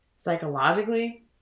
Psychologically